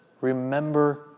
remember